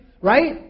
Right